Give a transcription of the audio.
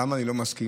למה אני לא מסכים?